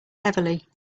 heavily